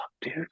dude